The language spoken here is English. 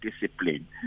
discipline